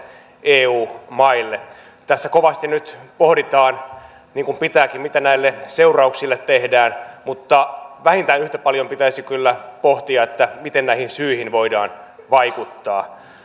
eu maille tässä kovasti nyt pohditaan niin kuin pitääkin mitä näille seurauksille tehdään mutta vähintään yhtä paljon pitäisi kyllä pohtia miten näihin syihin voidaan vaikuttaa